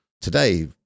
today